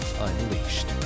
Unleashed